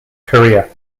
career